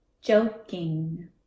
joking